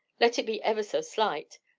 let it be ever so slight,